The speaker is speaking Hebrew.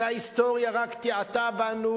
וההיסטוריה רק תעתעה בנו,